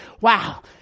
wow